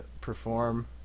perform